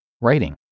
writing